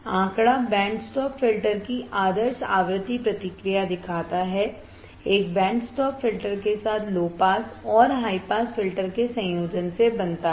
आंकड़ा band stop filter की आदर्श आवृत्ति प्रतिक्रिया दिखाता है एक बैंड स्टॉप फिल्टर के साथ लो पास और हाई पास फिल्टर के संयोजन से बनता है